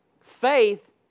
faith